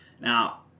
Now